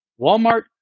Walmart